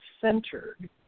centered